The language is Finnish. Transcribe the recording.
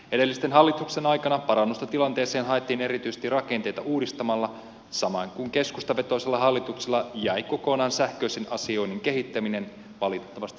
edellisten hallituksien aikana parannusta tilanteeseen haettiin erityisesti rakenteita uudistamalla samoin kuin keskustavetoisella hallituksella jäi sähköisen asioinnin kehittäminen valitettavasti kokonaan sivuraiteille